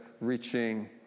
reaching